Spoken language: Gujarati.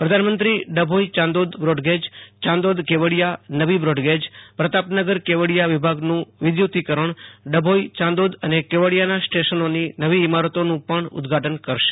પ્રધાનમંત્રી ડભોઈ યાંદોદ બ્રોડગેજ યાંદોદ કેવડિયા નવી બ્રોડગેજ પ્રતાપનગર કેવડિયા વિભાગનું વિદ્યુતીકરણ ડભોઈ યાંદોદ અને કેવડિયાના સ્ટેશનોની નવી ઈમારતોનું પણ ઉદઘાટન કરશે